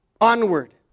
onward